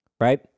Right